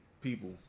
people